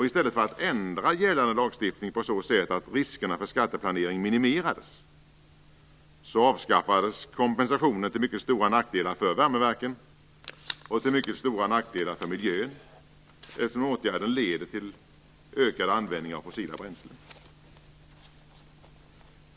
I stället för att ändra gällande lagstiftning på så sätt att riskerna för skatteplanering minimerades avskaffades kompensationen, till mycket stora nackdelar för värmeverkan och till mycket stora nackdelar för miljön, eftersom åtgärden leder till ökad användning av fossila bränslen.